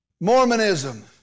Mormonism